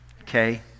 Okay